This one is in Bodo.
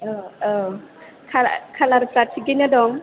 औ औ कालारफोरा थिगैनो दं